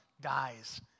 dies